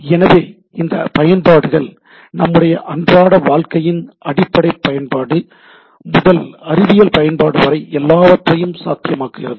எனவே இந்த பயன்பாடுகள் நம்முடைய அன்றாட வாழ்க்கையின் அடிப்படை பயன்பாடு முதல் அறிவியல் பயன்பாடு வரை எல்லாவற்றையும் சாத்தியமாக்குகிறது